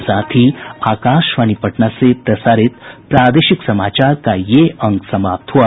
इसके साथ ही आकाशवाणी पटना से प्रसारित प्रादेशिक समाचार का ये अंक समाप्त हुआ